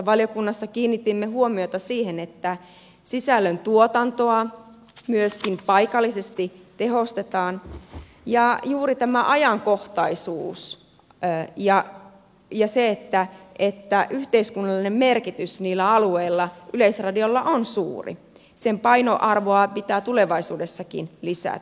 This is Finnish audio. valiokunnassa kiinnitimme huomiota siihen että sisällöntuotantoa myöskin paikallisesti tehostetaan ja juuri tämä ajankohtaisuuden ja sen että yhteiskunnallinen merkitys niillä alueilla yleisradiolla on suuri painoarvoa pitää tulevaisuudessakin lisätä